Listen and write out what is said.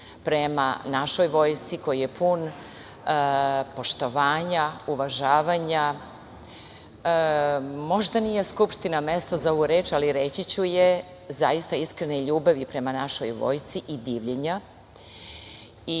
prema našoj vojsci, koji je pun poštovanja, uvažavanja. Možda nije Skupština mesto za ovu reč, ali reći ću je, zaista iskrene i ljubavi prema našoj vojsci i divljenja.